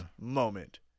moment